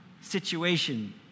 situation